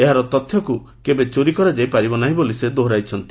ଏହାର ତଥ୍ୟକୁ କେବେ ଚୋରି କରାଯାଇପାରିବ ନାହିଁ ବୋଲି ସେ ଦୋହରାଇଛନ୍ତି